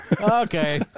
Okay